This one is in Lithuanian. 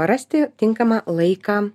rasti tinkamą laiką